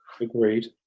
Agreed